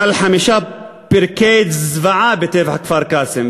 על חמישה פרקי זוועה בטבח כפר-קאסם,